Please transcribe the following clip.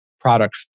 product